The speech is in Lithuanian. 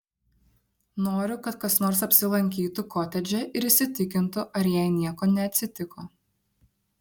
noriu kad kas nors apsilankytų kotedže ir įsitikintų ar jai nieko neatsitiko